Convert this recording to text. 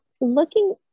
looking